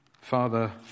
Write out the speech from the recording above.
Father